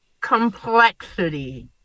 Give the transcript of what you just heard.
complexity